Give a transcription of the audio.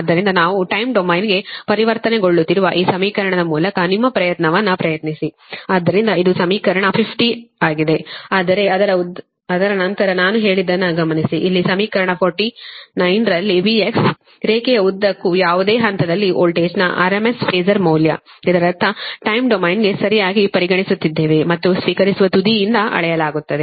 ಆದ್ದರಿಂದ ನಾವು ಟಯ್ಮ್ ಡೊಮೇನ್ಗೆ ಪರಿವರ್ತನೆಗೊಳ್ಳುತ್ತಿರುವ ಈ ಸಮೀಕರಣದ ಮೂಲಕ ನಿಮ್ಮ ಪ್ರಯತ್ನವನ್ನು ಪ್ರಯತ್ನಿಸಿ ಆದ್ದರಿಂದ ಇದು ಸಮೀಕರಣ 50 ಆಗಿದೆ ಆದರೆ ಅದರ ನಂತರ ನಾನು ಹೇಳಿದ್ದನ್ನು ಗಮನಿಸಿ ಇಲ್ಲಿ ಸಮೀಕರಣ 49 ರಲ್ಲಿ V ರೇಖೆಯ ಉದ್ದಕ್ಕೂ ಯಾವುದೇ ಹಂತದಲ್ಲಿ ವೋಲ್ಟೇಜ್ನ RMS ಫಾಸರ್ ಮೌಲ್ಯ ಇದರರ್ಥ ಟಯ್ಮ್ ಡೊಮೇನ್ಗೆ ಸರಿಯಾಗಿ ಪರಿವರ್ತಿಸುತ್ತಿದ್ದೇವೆ ಮತ್ತು ಸ್ವೀಕರಿಸುವ ತುದಿಯಿಂದ ಅಳೆಯಲಾಗುತ್ತದೆ